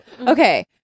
Okay